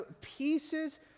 pieces